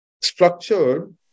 structured